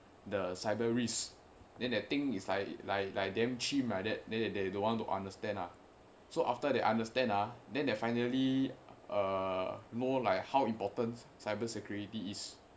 the cyber risk then that thing is like like damn chim like that then they don't want to understand ah so after they understand ah then they finally err know like how important cyber security is